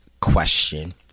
question